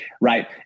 Right